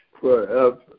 forever